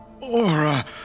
Aura